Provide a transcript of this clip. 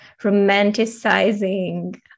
romanticizing